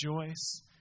rejoice